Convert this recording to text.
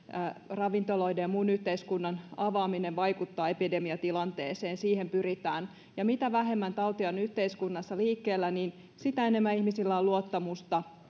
ravintoloiden ja muun yhteiskunnan avaaminen vaikuttaa epidemiatilanteeseen siihen pyritään mitä vähemmän tautia on yhteiskunnassa liikkeellä sitä enemmän ihmisillä on luottamusta